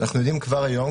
אנחנו יודעים כבר היום,